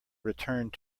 returned